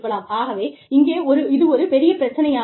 ஆகவே இங்கே இது ஒரு பெரிய பிரச்சனையாக இருக்கும்